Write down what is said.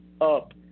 up